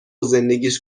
زندگیش